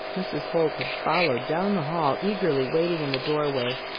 mrs. holt had followed down the hall, eagerly waiting in the doorway.